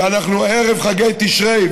אנחנו ערב חגי תשרי,